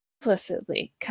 implicitly